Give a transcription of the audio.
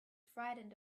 frightened